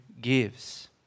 gives